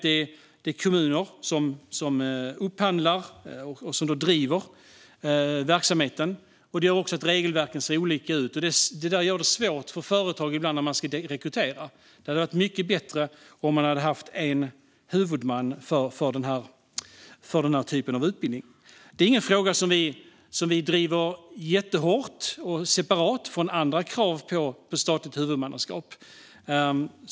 Det är kommunerna som upphandlar och driver verksamheten. Det gör också att regelverken ser olika ut. Detta gör det ibland svårt för företag när de ska rekrytera. Det hade varit mycket bättre om man hade haft en enda huvudman för den här typen av utbildningar. Detta är ingen fråga som vi driver jättehårt eller separat från andra krav på statligt huvudmannaskap.